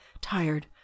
tired